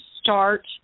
start